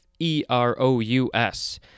E-R-O-U-S